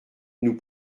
nous